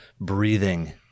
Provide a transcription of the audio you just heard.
breathing